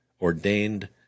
ordained